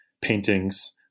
paintings